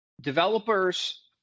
developers